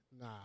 Nah